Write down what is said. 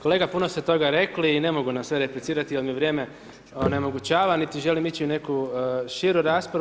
Kolega puno ste toga rekli i ne mogu na sve replicirati, jer mi vrijeme onemogućava, niti želim ići u neku širu raspravu.